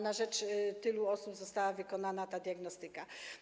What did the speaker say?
Na rzecz tylu osób została wykonana ta diagnostyka.